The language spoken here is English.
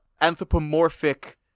anthropomorphic